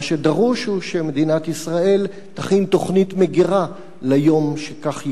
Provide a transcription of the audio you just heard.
מה שדרוש הוא שמדינת ישראל תכין תוכנית מגירה ליום שכך יקרה.